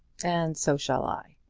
and so shall i.